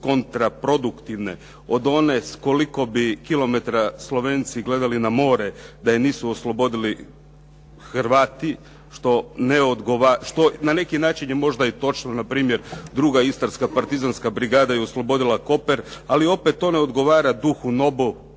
kontraproduktivne od one s koliko bi kilometara Slovenci gledali na more da je nisu oslobodili Hrvati, što na neki način je možda i točno, npr. Druga istarska partizanska brigada je oslobodila Koper, ali opet to ne odgovara duhu NOB-a